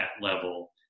level